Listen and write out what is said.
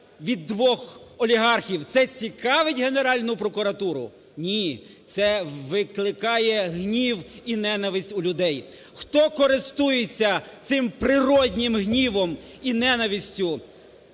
від двох олігархів. Це цікавить Генеральну прокуратуру? Ні, це викликає гнів і ненависть у людей. Хто користується цим природнім гнівом і ненавистю